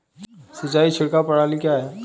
सिंचाई छिड़काव प्रणाली क्या है?